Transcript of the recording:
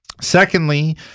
Secondly